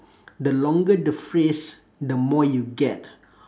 the longer the phrase the more you get